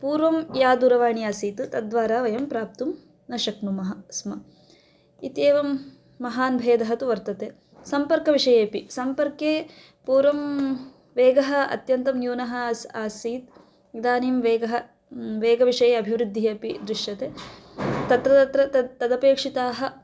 पूर्वं या दूरवाणी आसीत् तद्वारा वयं प्राप्तुं न शक्नुमः स्म इत्येवं महान् भेदः तु वर्तते सम्पर्कविषये अपि सम्पर्के पूर्वं वेगः अत्यन्तं न्यूनः अस्ति आसीत् इदानीं वेगः वेगविषये अभिवृद्धिः अपि दृश्यते तत्र तत्र तत् तदपेक्षिताः